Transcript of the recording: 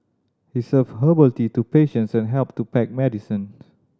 he served herbal tea to patients and helped to pack medicine